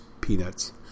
peanuts